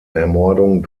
ermordung